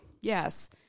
Yes